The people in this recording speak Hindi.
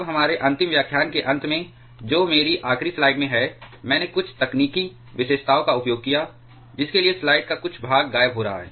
अब हमारे अंतिम व्याख्यान के अंत में जो मेरी आखिरी स्लाइड में है मैंने कुछ तकनीकी विशेषताओं का उपयोग किया जिसके लिए स्लाइड का कुछ भाग गायब हो रहा है